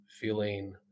feeling